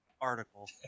article